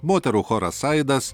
moterų choras aidas